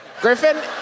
Griffin